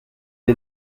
est